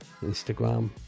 instagram